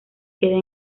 queda